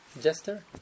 jester